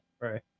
Right